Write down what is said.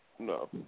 No